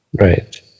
Right